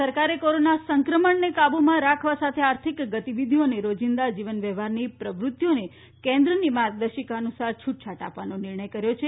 રાજ્ય સરકારે કોરોના સંક્રમણ કાબૂમાં રાખવા સાથે આર્થિક ગતિવિધિઓ અને રોજિંદા જીવન વ્યવહારની પ્રવૃત્તિઓને કેન્દ્રની માર્ગદર્શિકા અનુસાર છૂટછાટ આપવાનો નિર્ણય કર્યો છે